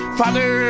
father